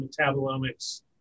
metabolomics